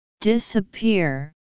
Disappear